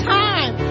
time